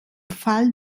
fall